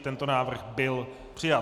Tento návrh byl přijat.